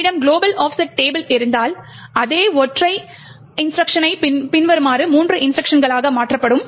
நம்மிடம் global offset table இருந்தால் அதே ஒற்றை இன்ஸ்ட்ருக்ஷனை பின்வருமாறு மூன்று இன்ஸ்ட்ருக்ஷன் களாக மாற்றப்படும்